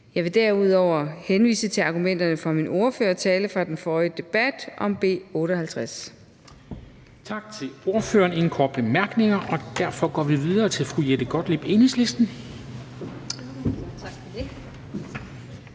Jeg vil derudover henvise til argumenterne fra min ordførertale under det forrige punkt om B 58.